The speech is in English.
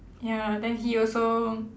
ya then he also